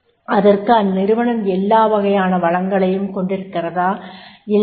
அதற்கு அநிநிறுவனம் எல்லா வகையான வளங்களையும் கொண்டிருக்கிறதா இல்லையா